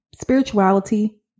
Spirituality